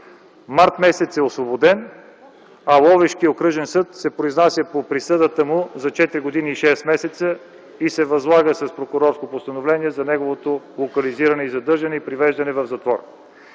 март е освободен, а Ловешкият окръжен съд се произнася по присъдата му за 4 години и 6 месеца и с прокурорско постановление се възлага за неговото локализиране, задържане и привеждане в затвор.